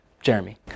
Jeremy